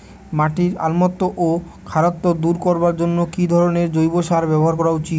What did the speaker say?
মাটির অম্লত্ব ও খারত্ব দূর করবার জন্য কি ধরণের জৈব সার ব্যাবহার করা উচিৎ?